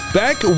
back